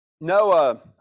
Noah